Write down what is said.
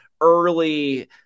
early